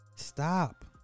stop